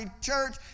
church